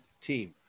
team